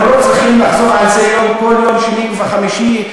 אנחנו לא צריכים לחזור על זה כל שני וחמישי,